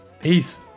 Peace